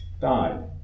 died